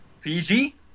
Fiji